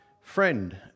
Friend